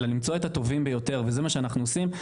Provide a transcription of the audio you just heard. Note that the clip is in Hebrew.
אלא למצוא את הטובים ביותר וזה מה שאנחנו עושים.